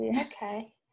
Okay